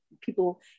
people